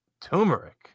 Turmeric